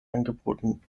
angeboten